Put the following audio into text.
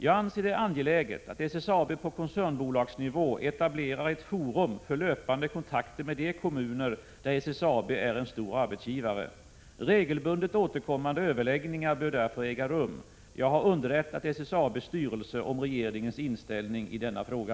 Jag anser det angeläget att SSAB på koncernbolagsnivå etablerar ett forum för löpande kontakter med de kommuner där SSAB är en stor arbetsgivare. Regelbundet återkommande överläggningar bör därför äga rum. Jag har underrättat SSAB:s styrelse om regeringens inställning i denna fråga.